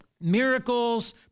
Miracles